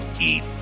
eat